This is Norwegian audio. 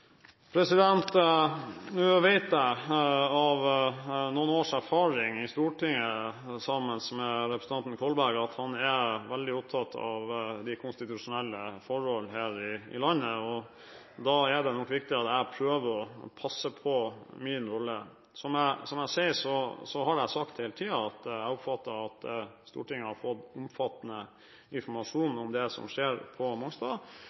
Jeg vet, av noen års erfaring med representanten Kolberg i Stortinget, at han er veldig opptatt av de konstitusjonelle forhold her i landet, og det er nok viktig at jeg prøver å passe på min rolle. Som jeg sier, har jeg hele tiden sagt at jeg oppfatter det slik at Stortinget har fått omfattende informasjon om det som skjer på Mongstad.